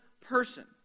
person